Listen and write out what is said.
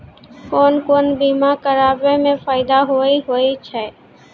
कोन कोन बीमा कराबै मे फायदा होय होय छै?